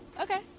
ok.